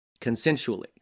consensually